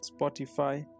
Spotify